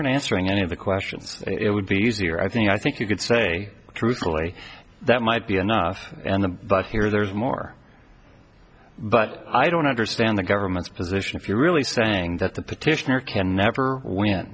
r answering any of the questions it would be easier i think i think you could say truthfully that might be enough and the but here there's more but i don't understand the government's position if you're really saying that the petitioner can never win